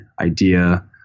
idea